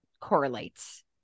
correlates